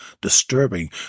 disturbing